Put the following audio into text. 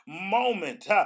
moment